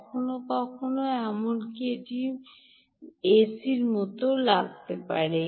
কখনও কখনও এমনকি এটির মতোও লাগে